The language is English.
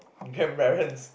you can balance